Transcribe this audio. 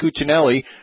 Cuccinelli